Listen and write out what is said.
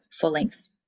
full-length